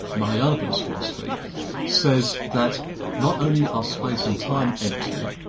mahayana buddhist philosophy says that not only are space and time empty,